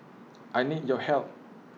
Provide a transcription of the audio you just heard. I need your help